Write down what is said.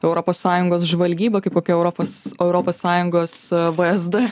europos sąjungos žvalgybą kaip kokia europos europos sąjungos vsd